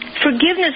Forgiveness